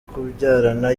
kubyarana